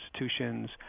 institutions